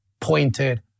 pointed